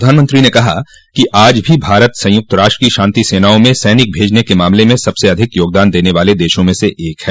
प्रधानमंत्री ने कहा कि आज भी भारत संयुक्त राष्ट्र की शांति सेनाओं में सैनिक भेजने के मामले में सबसे अधिक योगदान देने वाले देशों में से एक है